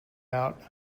out